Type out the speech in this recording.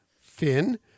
Finn